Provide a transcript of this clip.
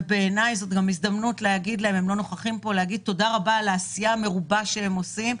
וזאת הזדמנות להגיד להם תודה רבה על העשייה המרובה שהם עושים.